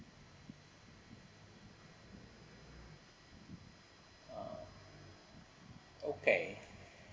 uh okay